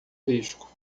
risco